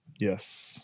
Yes